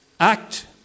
Act